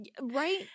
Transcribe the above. Right